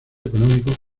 económico